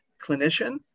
clinician